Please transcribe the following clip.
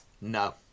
No